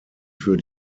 für